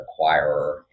acquirer